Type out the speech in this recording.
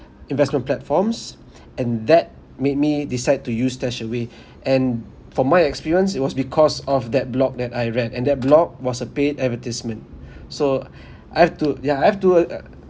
investment platforms and that made me decide to use stashaway and for my experience it was because of that blog that I read and that blog was a paid advertisement so I've to yeah I've to uh